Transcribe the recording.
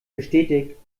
bestätigt